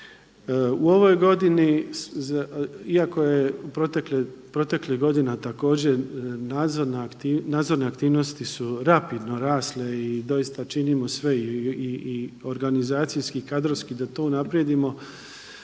U ovoj godini iako je proteklih godina također nadzorne aktivnosti su rapidno rasle i doista činimo sve i organizacijski, kadrovski da to unaprijedimo.